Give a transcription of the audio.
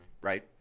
Right